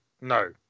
No